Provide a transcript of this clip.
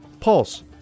Pulse